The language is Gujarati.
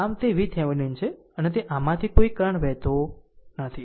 આમ તે VThevenin છે અને તે આમાંથી કોઈ કરંટ વહેતો નથી